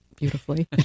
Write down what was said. Beautifully